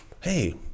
Hey